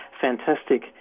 fantastic